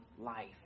life